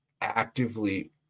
actively